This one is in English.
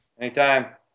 Anytime